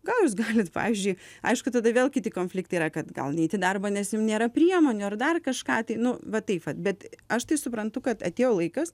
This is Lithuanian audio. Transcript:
gal jūs galit pavyzdžiui aišku tada vėl kiti konfliktai yra kad gal neit į darbą nes jum nėra priemonių ar dar kažką tai nu va taip vat bet aš tai suprantu kad atėjo laikas